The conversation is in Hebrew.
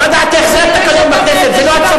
מה דעתך, זה התקנון בכנסת, זה לא הצבא.